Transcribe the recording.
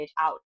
out